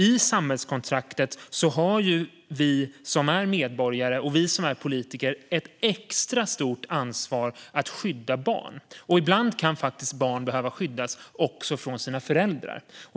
I samhällskontraktet har vi som är medborgare och självklart vi som är politiker ett extra stort ansvar att skydda barn, och ibland kan barn faktiskt behöva skyddas även från sina föräldrar.